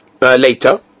later